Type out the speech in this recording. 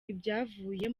ibyavuye